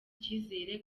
icyizere